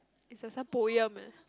it's like some poem eh